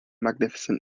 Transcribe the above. magnificent